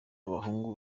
abahungu